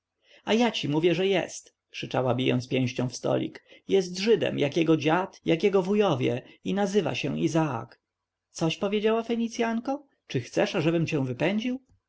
ja ci mówię że jest krzyczała bijąc pięścią w stolik jest żydem jak jego dziad jak jego wujowie i nazywa się izaak coś powiedziała fenicjanko czy chcesz ażebym cię wypędził